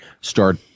start